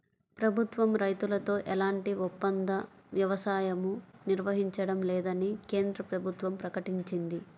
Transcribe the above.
ప్రభుత్వం రైతులతో ఎలాంటి ఒప్పంద వ్యవసాయమూ నిర్వహించడం లేదని కేంద్ర ప్రభుత్వం ప్రకటించింది